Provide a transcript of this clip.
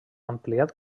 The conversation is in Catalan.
ampliat